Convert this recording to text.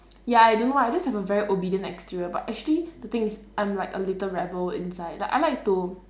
ya I don't know ah I just have a very obedient exterior but actually the thing is I'm like a little rebel inside like I like to